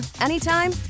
anytime